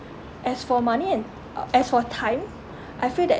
as for money and uh as for time I feel that